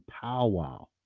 powwow